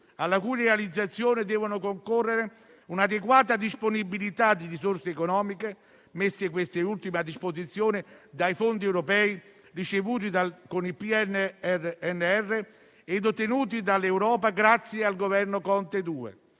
alla cui realizzazione devono concorrere un'adeguata disponibilità di risorse economiche - messe queste ultime a disposizione dai fondi europei ricevuti con il PNRR e ottenuti dall'Europa grazie al Governo Conte II